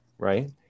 right